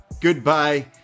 goodbye